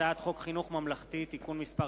הצעת חוק חינוך ממלכתי (תיקון מס'